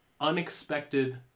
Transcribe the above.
Unexpected